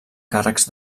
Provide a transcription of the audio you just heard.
càrrecs